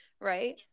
right